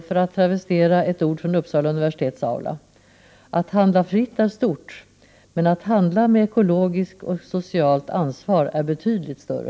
För att travestera ett ord från Uppsala universitets aula: att handla fritt är stort, men att handla med ekologiskt och socialt ansvar är betydligt större!